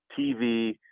tv